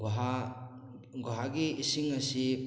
ꯒꯨꯍꯥ ꯒꯨꯍꯥꯒꯤ ꯏꯁꯤꯡ ꯑꯁꯤ